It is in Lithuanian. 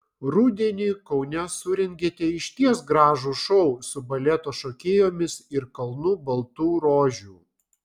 rudenį kaune surengėte išties gražų šou su baleto šokėjomis ir kalnu baltų rožių